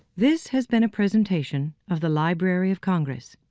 this has been a presentation of the library of congress.